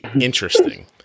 interesting